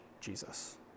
Jesus